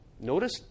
Notice